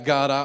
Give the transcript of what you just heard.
God